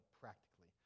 practically